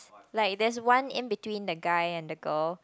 like there's one in between the guy and the girl